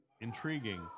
Intriguing